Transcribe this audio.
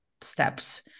steps